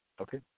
Okay